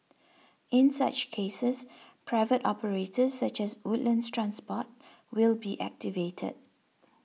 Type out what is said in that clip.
in such cases private operators such as Woodlands Transport will be activated